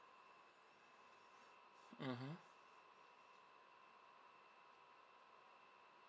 mmhmm